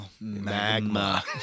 magma